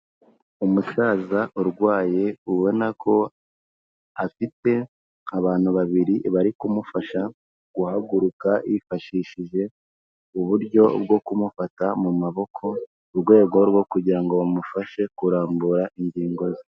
Umusaza urwaye ubona ko afite abantu babiri bari kumufasha guhaguruka bifashishije uburyo bwo kumufata mu maboko, mu rwego rwo kugira ngo bamufashe kurambura ingingo ze.